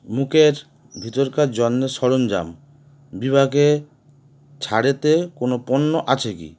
মুখের ভিতরকার যন্নের সরঞ্জাম বিভাগে ছাড়েতে কোনও পণ্য আছে কি